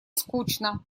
скучно